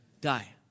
Die